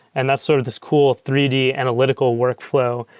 and that's sort of this cool three d analytical workflow.